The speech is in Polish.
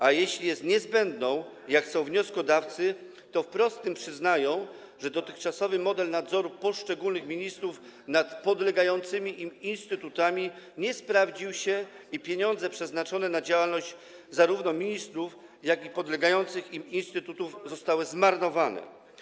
A jeśli jest niezbędna, jak chcą wnioskodawcy, to wprost tym przyznają, że dotychczasowy model nadzoru poszczególnych ministrów nad podlegającymi im instytutami nie sprawdził się i pieniądze przeznaczone na działalność zarówno ministrów, jak i podlegających im instytutów zostały zmarnowane.